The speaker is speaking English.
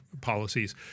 policies